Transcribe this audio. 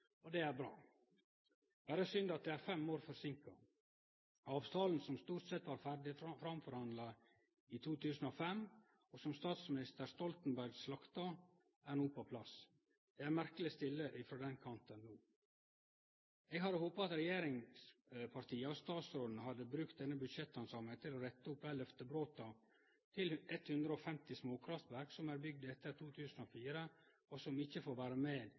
grøne-sertifikat-marknad. Det er bra, men berre synd at det er fem år forseinka. Avtalen, som stort sett var framforhandla i 2005, og som statsminister Stoltenberg slakta, er no på plass. Det er merkeleg stille frå den kanten no. Eg hadde håpa at regjeringspartia og statsråden hadde brukt denne budsjetthandsaminga til å rette opp dei løftebrota til 150 småkraftverk som er bygde etter 2004,og som ikkje får vere med